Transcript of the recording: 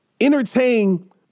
entertain